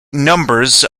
numbers